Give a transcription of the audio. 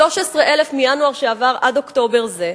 13,000 מינואר שעבר עד אוקטובר זה,